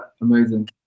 amazing